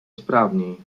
sprawniej